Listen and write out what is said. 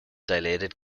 dilated